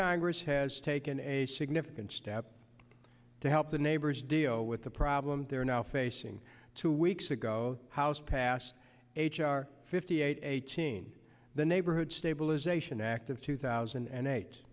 congress has taken a significant step to help the neighbors deal with the problem they are now facing two weeks ago house passed h r fifty eight eighteen the neighborhood stabilization act of two thousand and eight